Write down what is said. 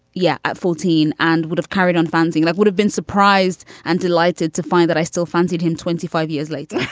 yeah. at fourteen and would have carried on funding like would have been surprised and delighted to find that i still fancied him. twenty five years later.